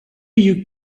you